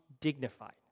dignified